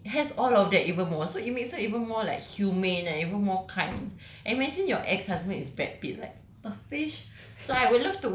but she has all of that even more so it makes her even more like humane ah even more kind and imagine your ex-husband is brad pitt like the fish